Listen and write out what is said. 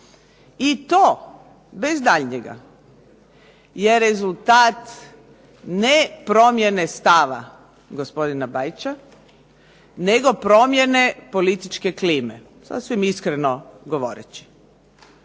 I to bez daljnjega je rezultat ne promjene stava gospodina Bajića nego promjene političke klime sasvim iskreno govoreći.